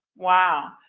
wow.